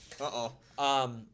Uh-oh